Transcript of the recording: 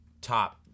top